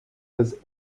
has